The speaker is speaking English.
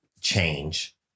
change